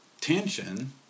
tension